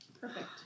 Perfect